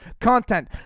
content